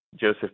Joseph